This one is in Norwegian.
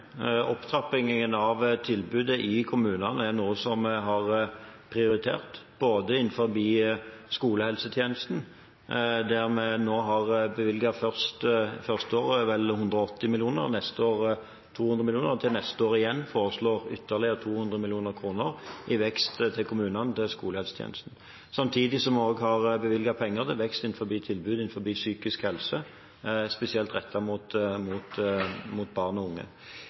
Opptrappingen av tilbudet i kommunene er noe vi har prioritert. Vi har nå bevilget vel 180 mill. kr det første året, 200 mill. kr neste år, og til neste år igjen foreslår vi ytterligere 200 mill. kr i vekst til kommunene til skolehelsetjenesten. Samtidig har vi bevilget penger til vekst i tilbud innenfor psykisk helse, spesielt rettet mot barn og unge.